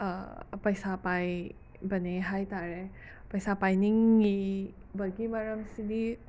ꯄꯩꯁꯥ ꯄꯥꯏꯕꯅꯦ ꯍꯥꯏꯇꯥꯔꯦ ꯄꯩꯁꯥ ꯄꯥꯏꯅꯤꯡꯉꯤꯕꯒꯤ ꯃꯔꯝꯁꯤꯗꯤ